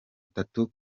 atatu